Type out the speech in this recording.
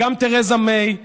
וגם תרזה מיי,